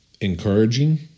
Encouraging